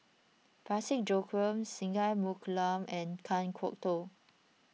Parsick Joaquim Singai Mukilan and Kan Kwok Toh